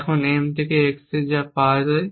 এখন m থেকে x থেকে যা পাওয়া যায়